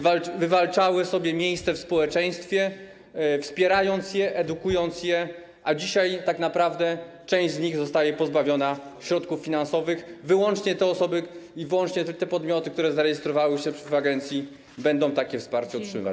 Wywalczyły sobie miejsce w społeczeństwie, wspierając je, edukując je, a dzisiaj tak naprawdę część z nich zostaje pozbawiona środków finansowych: wyłącznie te osoby i wyłącznie te podmioty, które zarejestrowały się w agencji, będą takie wsparcie otrzymywać.